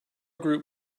group